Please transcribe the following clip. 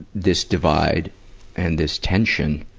this divide and this tension,